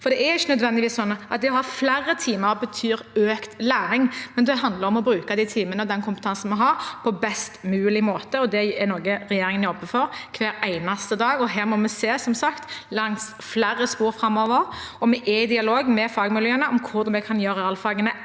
Det er ikke nødvendigvis sånn at flere timer betyr økt læring. Det handler om å bruke de timene og den kompetansen vi har, på best mulig måte, og det er noe regjeringen jobber for hver eneste dag. Her må vi som sagt se langs flere spor framover, og vi er i dialog med fagmiljøene om hvordan vi kan gjøre realfagene